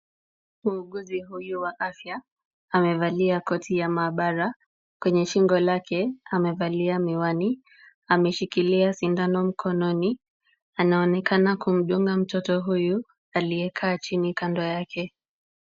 Muuguzi huyu wa afya amevalia koti ya maabara, kwenye shingo lake amevalia miwani, ameshikilia sindano mkononi, anaonekana kumdunga mtoto huyu aliyekaa chini kando yake.